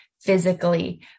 physically